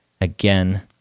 again